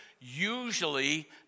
usually